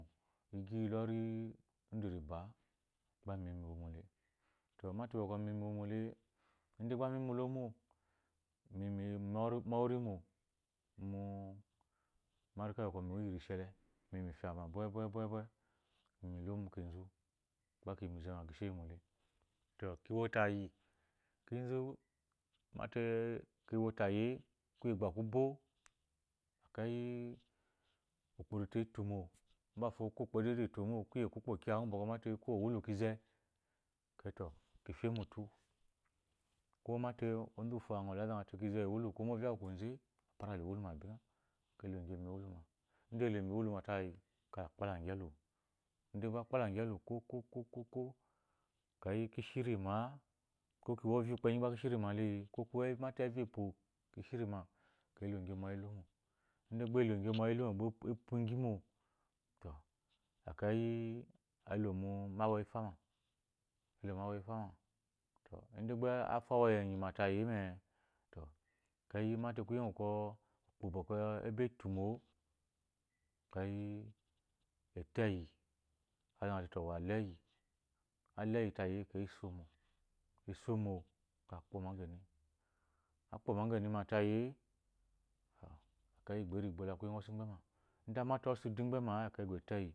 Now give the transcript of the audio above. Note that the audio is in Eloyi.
Igyi iyi lɔri ndu riba a gba miyi mu iwo mo le to mate bwɔkwɔ mi yi mu iwomole ide gba mi mu ilomo imi miyi mu owe irimo mu arika iyi wo iyi rishi ele mi yi mu ify ama bwebwe bwe miyi mu lo mu kenzu gba kiyi mu izema ki sheyime le to ki wo tayi kinzu mate kiwo yi e kuye kugba ku bo ekeyi ukpo rito etomu mbafo ko ukperito edo to momo kuye ku kpokgo mate ko owulu kinze ekeyi to ki fe mutu ko mate onzu wufo azate awulu utu mu ovya uwu kwoze apara la iwulu ma bingha eloge mu ewulu ma ide iloge mu iwuluma tayi ekeyi a kpalangi elu ide akpala elu kwo kwo ekeyi ki shiri maa ko kiwo ovya ukenyi gba ki shirima ekeyi elogemu ɔyi ilomo ide gba iloge nw ɔyi ilomo gba epugi mo to ekeyi elomu ewayi efwama elo mu awayi efwama ide gba afwa awayi ma tayi me-e to ekeyi mate kuye ugwu bwɔ ukpo bwɔkwɔ eb fomo-o ekeyi eto eyi azate to wu wa la eyi ala eyi tayi-e ekeyi eso mo eso mo ekeyi akpa omaeni akpo omageni ma tayi to ekeyi erigbo la kuya ngwu ɔse igbe ma ide a mate ɔse udu ugbema ekeyi egbe eto eyi